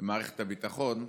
מערכת הביטחון,